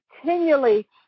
continually